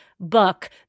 book